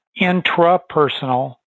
intrapersonal